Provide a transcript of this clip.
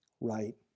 right